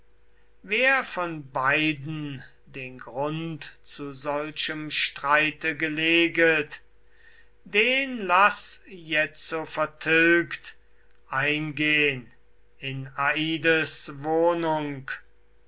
wer von beiden den grund zu solchem streite geleget den laß jetzo vertilgt eingehn in ades wohnung